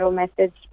message